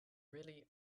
really